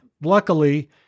luckily